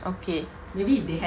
okay